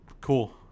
cool